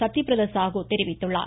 சத்யபிரத சாகு தெரிவித்துள்ளார்